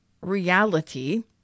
reality